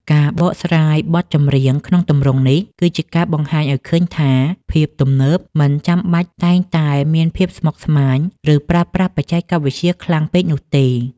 ការបកស្រាយបទចម្រៀងក្នុងទម្រង់នេះ គឺជាការបង្ហាញឱ្យឃើញថា ភាពទំនើបមិនចាំបាច់តែងតែមានភាពស្មុគស្មាញ ឬប្រើប្រាស់បច្ចេកវិទ្យាខ្លាំងពេកនោះទេ។